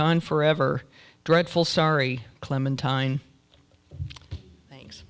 gone forever dreadful sorry clementine things